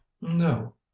no